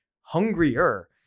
hungrier